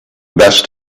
best